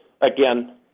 again